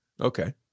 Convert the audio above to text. okay